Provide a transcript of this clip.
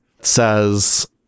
says